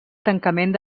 tancament